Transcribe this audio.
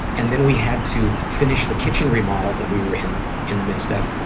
and then we had to finish the kitchen remodel that we were in in the midst of,